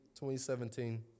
2017